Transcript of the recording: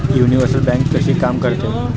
Universal bank कशी काम करते?